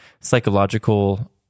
psychological